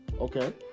Okay